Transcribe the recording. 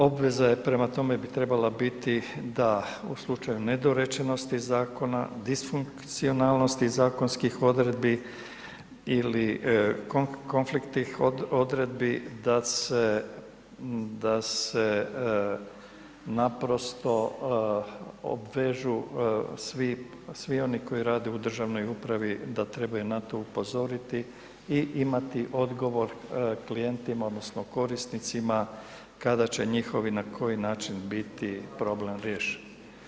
Obveza prema tome bi trebala biti da u slučaju nedorečenosti Zakona, disfunkcionalnosti zakonskih odredbi ili konfliktnih odredbi da se naprosto obvežu svi oni koji rade u državnoj upravi da trebaju na to upozoriti i imati odgovor klijentima odnosno korisnicima kada će njihovi, na koji način biti problem riješen.